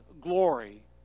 glory